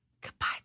goodbye